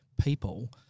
people